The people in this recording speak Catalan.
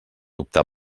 optar